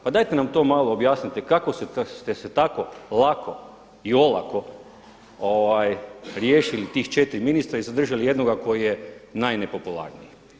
Pa dajte nam malo to objasnite kako ste se tako lako i olako riješili tih četiri ministra i zadržali jednoga koji je najnepopularniji.